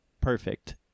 perfect